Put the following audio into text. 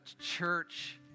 church